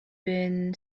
been